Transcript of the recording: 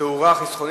תאורה חסכונית,